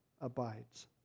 abides